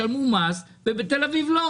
הוא ישלם את התעריף הגבוה.